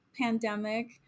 pandemic